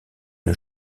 une